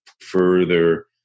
further